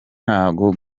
ntago